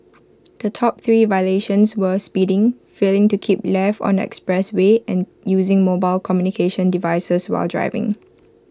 the top three violations were speeding failing to keep left on the expressway and using mobile communications devices while driving